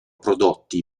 prodotti